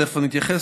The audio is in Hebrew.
ותכף אני אתייחס,